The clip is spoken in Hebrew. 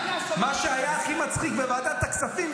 מה שהיה הכי מצחיק בוועדת הכספים,